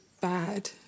Bad